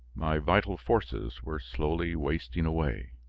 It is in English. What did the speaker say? my vital forces were slowly wasting away.